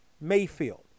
Mayfield